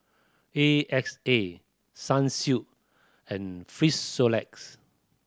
A X A Sunsilk and Frisolac